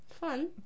Fun